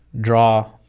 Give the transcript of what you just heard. draw